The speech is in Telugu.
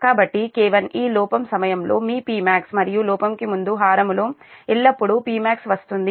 కాబట్టి K1 ఈ లోపం సమయంలో మీ Pmax మరియు లోపం కు ముందు హారము లో ఎల్లప్పుడూ Pmax వస్తుంది